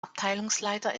abteilungsleiter